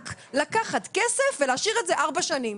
רק לקחת כסף ולהשאיר את זה ארבע שנים,